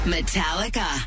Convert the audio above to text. Metallica